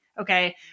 Okay